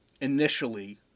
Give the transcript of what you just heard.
initially